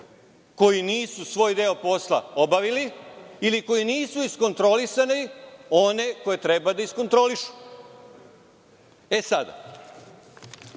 koji nisu svoj deo posla obavili ili koji nisu iskontrolisali one koje treba da iskontrolišu. Moram